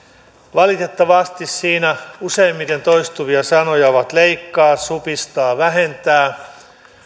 valitettavasti siinä useimmiten toistuvia sanoja ovat leikkaa supistaa vähentää